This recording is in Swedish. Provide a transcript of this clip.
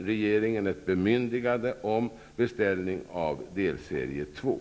regeringen ett bemyndigande att beställa delserie 2.